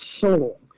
soul